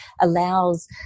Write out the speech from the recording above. allows